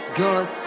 guns